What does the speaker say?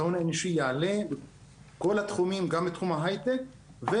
ההון האנושי יעלה בכל התחומים גם בתחום ההיי טק,